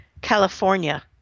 California